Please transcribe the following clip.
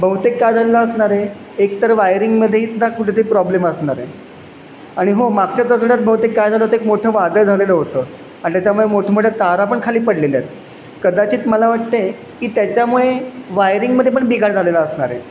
बहुतेक काय झालेलं असणार आहे एकतर वायरिंगमध्येही सुद्धा कुठंतरी प्रॉब्लेम असणार आहे आणि हो मागच्याच आठवड्यात बहुतेक काय झालं होतं एक मोठं वादळ झालेलं होतं आणि त्याच्यामुळे मोठमोठ्या तारा पण खाली पडलेल्यात कदाचित मला वाटतं आहे की त्याच्यामुळे वायरिंगमध्ये पण बिघाड झालेला असणार आहे